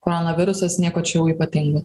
koronavirusas nieko čia jau ypatingo